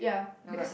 okay